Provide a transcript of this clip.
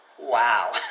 Wow